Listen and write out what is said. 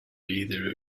either